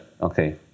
okay